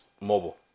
mobile